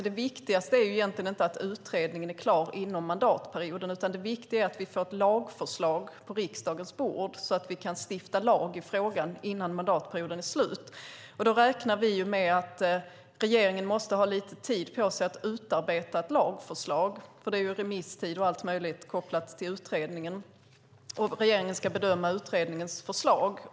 Det viktigaste är egentligen inte att utredningen blir klar inom mandatperioden, utan det viktiga är att vi får ett lagförslag på riksdagens bord så att vi kan stifta lag i frågan före mandatperiodens slut. Då räknar vi med att regeringen måste ha lite tid på sig att utarbeta ett lagförslag, för det är ju remisstid och allt möjligt kopplat till utredningen, och regeringen ska bedöma utredningens förslag.